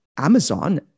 Amazon